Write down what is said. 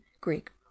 Greek